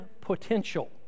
potential